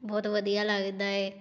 ਬਹੁਤ ਵਧੀਆ ਲੱਗਦਾ ਹੈ